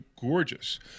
gorgeous